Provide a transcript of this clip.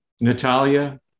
Natalia